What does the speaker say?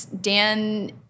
Dan